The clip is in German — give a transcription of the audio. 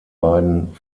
beiden